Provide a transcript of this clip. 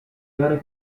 gare